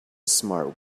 smart